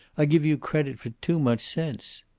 i give you credit for too much sense.